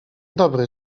dobry